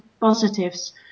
positives